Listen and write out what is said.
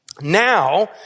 Now